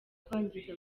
kwangiza